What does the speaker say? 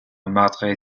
madre